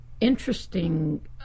interesting